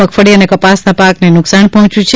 મગફળી અને કપાસના પાકને નુકસાન પર્જોચ્યું છે